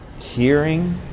hearing